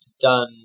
done